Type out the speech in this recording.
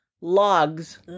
logs